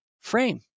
frame